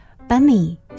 bunny